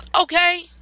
okay